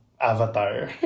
Avatar